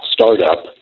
Startup